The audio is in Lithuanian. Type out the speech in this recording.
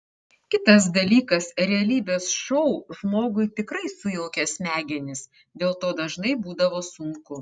kitas dalykas realybės šou žmogui tikrai sujaukia smegenis dėl to dažnai būdavo sunku